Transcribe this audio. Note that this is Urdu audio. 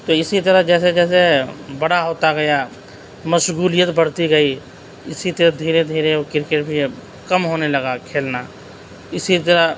تو اسی طرح جیسے جیسے بڑا ہوتا گیا مشغولیت بڑھتی گئی اسی طرح دھیرے دھیرے او کرکٹ بھی اب کم ہونے لگا کھیلنا اسی طرح